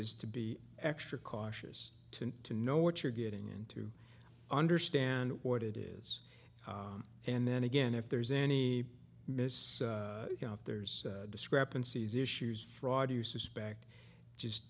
is to be extra cautious to know what you're getting in to understand what it is and then again if there's any miss you know if there's discrepancies issues fraud or you suspect just